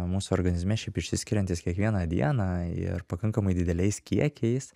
mūsų organizme šiaip išsiskiriantis kiekvieną dieną ir pakankamai dideliais kiekiais